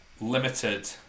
limited